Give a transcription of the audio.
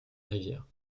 riviere